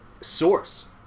source